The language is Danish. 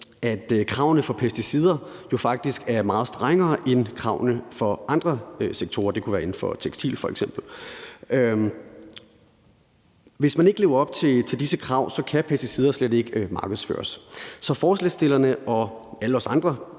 at kravene for pesticider jo faktisk er meget strengere end kravene for andre sektorer. Det kunne f.eks. være inden for tekstilsektoren. Hvis man ikke lever op til disse krav, kan pesticider slet ikke markedsføres. Så forslagsstillerne og alle vi andre